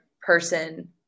person